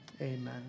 amen